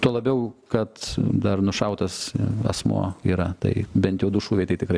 tuo labiau kad dar nušautas asmuo yra tai bent jau du šūviai tai tikrai